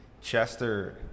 Chester